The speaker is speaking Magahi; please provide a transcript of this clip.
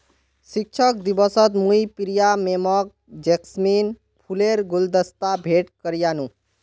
शिक्षक दिवसत मुई प्रिया मैमक जैस्मिन फूलेर गुलदस्ता भेंट करयानू